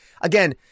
Again